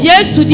Yes